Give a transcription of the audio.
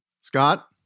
Scott